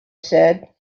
said